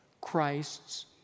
Christ's